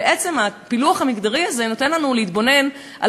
הפילוח המגדרי הזה מאפשר לנו להתבונן על